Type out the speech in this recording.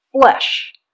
flesh